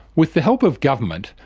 with the help of government,